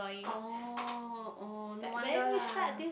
oh oh no wonder lah